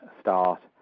start